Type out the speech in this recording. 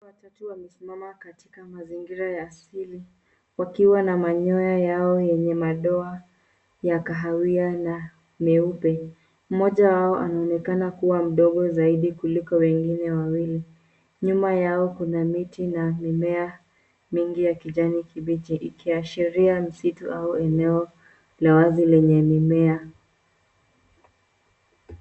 Twiga watatu wamesimama katika mazingira ya asili wakiwa na manyoya yao yenye madoa ya kahawia na nyeupe. Mmoja wao anaonekana kuwa mdogo zaidi kuliko wengine wawili. Nyuma yao kuna miti na mimea mingi ya kijani kibichi, ikiashiria msitu au eneo la wazi lenye mimea.